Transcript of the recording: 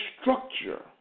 structure